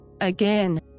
Again